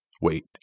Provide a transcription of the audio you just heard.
wait